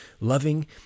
loving